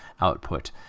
output